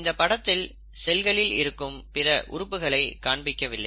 இந்தப்படத்தில் செல்களில் இருக்கும் பிற உறுப்புகளை காண்பிக்கவில்லை